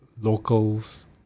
locals